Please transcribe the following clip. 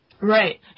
Right